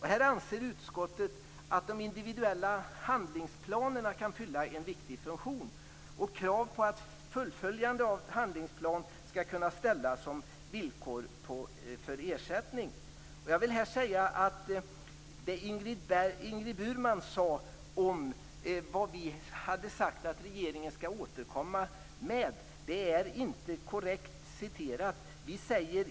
Här anser utskottet att de individuella handlingsplanerna kan fylla en viktig funktion, och krav på fullföljande av handlingsplan skall kunna ställas som villkor för ersättning. Jag vill här säga att det Ingrid Burman sade om vad vi hade sagt att regeringen skall återkomma med inte är korrekt.